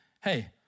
Hey